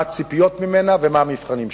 מה הציפיות ממנה ומה המבחנים שלה.